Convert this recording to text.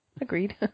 Agreed